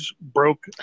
broke